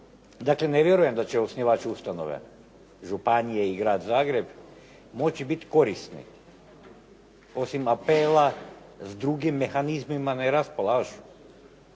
Dakle, ne vjerujem da će osnivač ustanove, županije i Grad Zagreb moći biti korisni, osim apela, s drugim mehanizmima ne raspolaži.